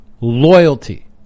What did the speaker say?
loyalty